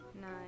nine